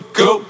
go